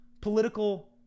political